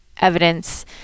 evidence